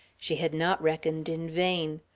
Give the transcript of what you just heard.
she had not reckoned in vain.